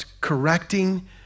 correcting